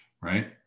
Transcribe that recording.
right